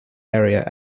area